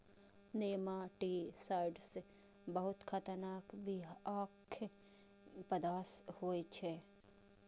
nematicides बहुत खतरनाक बिखाह पदार्थ होइ छै